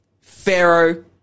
Pharaoh